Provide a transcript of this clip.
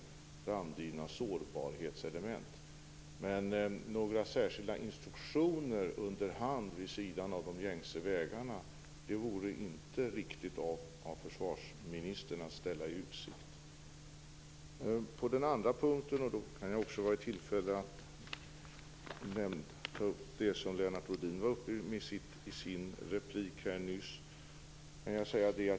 Men det vore inte riktigt av försvarsministern att ställa i utsikt några särskilda instruktioner under hand, vid sidan av de gängse vägarna. I den andra frågan får jag också tillfälle att ta upp det som Lennart Rohdin nämnde i sin replik nyss.